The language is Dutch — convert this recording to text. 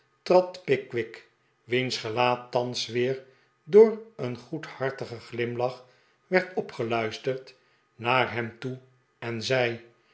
pickwick wiens gelaat thans weer door een goedhartigen glimlach werd opgeluisterd naar hem toe en zei